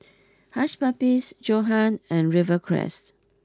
Hush Puppies Johan and Rivercrest